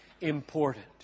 important